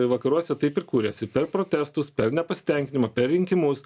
vakaruose taip ir kuriasi per protestus per nepasitenkinimą per rinkimus